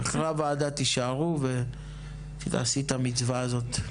אחרי הוועדה תישארו ותעשי את המצווה הזאת.